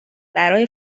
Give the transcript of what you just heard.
برای